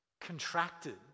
contracted